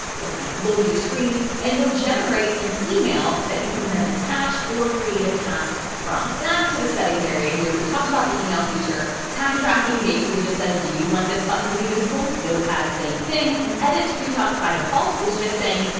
it'll kind of load your screen and it'll generate an email that you can then attach or create a task from back to the settings area here. we've talked about the email feature time tracking basically just says, do you want this button to be visible? notepad, same thing. and edit screenshots by default is just saying,